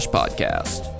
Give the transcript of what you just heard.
podcast